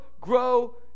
grow